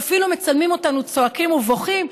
ואפילו מצלמים אותנו צועקים ובוכים,